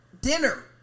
dinner